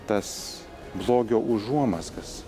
tas blogio užuomazgas